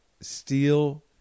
steal